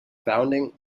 founding